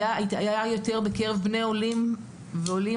זה היה יותר בקרב בני עולים ועולים,